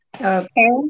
Okay